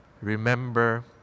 Remember